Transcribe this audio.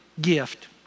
gift